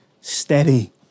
Steady